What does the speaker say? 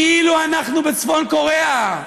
כאילו אנחנו בצפון קוריאה,